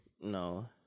No